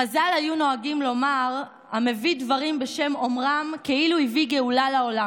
חז"ל היו נוהגים לומר: המביא דברים בשם אומרם כאילו הביא גאולה לעולם.